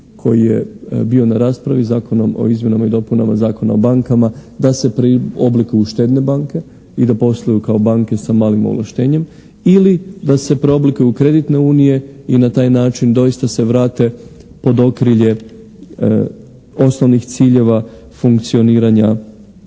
koji je bio na raspravi, Zakonom o izmjenama i dopunama Zakona o bankama da se preoblikuju u štedne banke i da posluju kao banke sa malim ovlaštenjem ili da se preoblikuju u kreditne unije i na taj način doista se vrate pod okrilje osnovnih ciljeva funkcioniranja